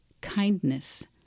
kindness